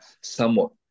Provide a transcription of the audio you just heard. somewhat